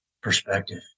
perspective